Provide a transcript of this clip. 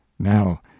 Now